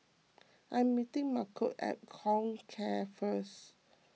I am meeting Malcom at Comcare first